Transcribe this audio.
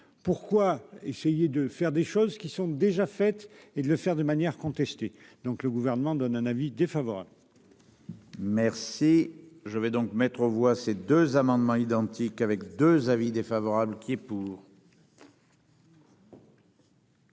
pourquoi essayer de faire des choses qui sont déjà fait et de le faire de manière contestée, donc le gouvernement donne un avis défavorable. Merci, je vais donc mettre aux voix, ces 2 amendements identiques avec 2 avis défavorables qui est pour.